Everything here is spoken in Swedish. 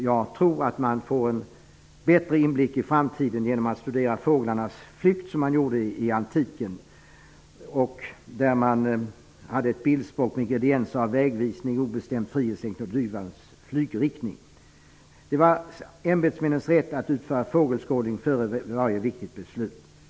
Jag tror att man får en bättre inblick i framtiden genom att studera fåglarnas flykt, som man gjorde i antiken. Där hade man ett slags bildspråk med ingredienser av vägvisning, obestämd frihetslängtan och duvans flygriktning. Det var statsämbetsmännens rätt att utföra fågelskådning före varje viktigt beslut.